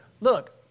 look